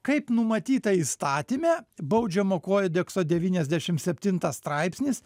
kaip numatyta įstatyme baudžiamo kodekso devyniasdešimt septintas straipsnis